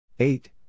Eight